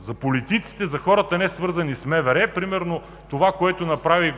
за политиците, за хората, несвързани с МВР, примерно това, което направи